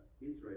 Israel